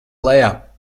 lejā